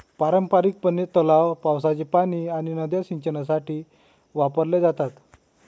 पारंपारिकपणे, तलाव, पावसाचे पाणी आणि नद्या सिंचनासाठी वापरल्या जातात